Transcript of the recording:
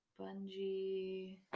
Bungee